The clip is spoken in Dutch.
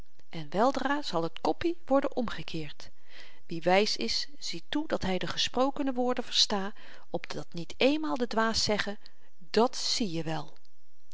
en weldra zal t koppie worden omgekeerd wie wys is zie toe dat hy de gesprokene woorden versta opdat niet eenmaal de dwaas zegge dat zieje wel